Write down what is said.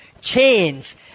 change